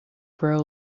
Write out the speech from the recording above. grow